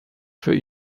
für